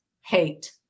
hate